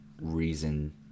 reason